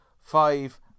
five